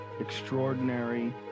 extraordinary